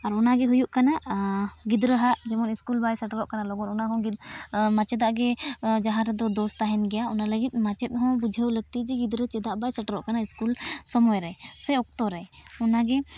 ᱜᱮ ᱟᱨ ᱚᱱᱟᱜᱮ ᱦᱩᱭᱩᱜ ᱠᱟᱱᱟ ᱜᱤᱫᱽᱨᱟᱹ ᱦᱟᱸᱜ ᱥᱠᱩᱞ ᱵᱟᱭ ᱥᱮᱴᱮᱨᱚᱜ ᱠᱟᱱᱟ ᱚᱱᱟ ᱦᱚᱸ ᱢᱟᱪᱮᱫᱟᱜ ᱫᱚ ᱡᱟᱦᱟᱸ ᱨᱮᱜᱮ ᱫᱳᱥ ᱛᱟᱦᱮᱱ ᱜᱮᱭᱟ ᱚᱱᱟ ᱞᱟᱹᱜᱤᱫ ᱢᱟᱪᱮᱫ ᱦᱚᱸ ᱵᱩᱡᱷᱟᱹᱣ ᱞᱟᱹᱠᱛᱤ ᱜᱤᱫᱽᱨᱟᱹ ᱪᱮᱫᱟᱜ ᱵᱟᱭ ᱥᱮᱴᱮᱨᱚᱜ ᱠᱟᱱᱟ ᱥᱠᱩᱞ ᱥᱚᱢᱚᱭ ᱨᱮ ᱥᱮ ᱚᱠᱛᱚ ᱨᱮ ᱚᱱᱟᱜᱮ